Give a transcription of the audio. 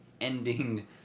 ending